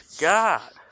God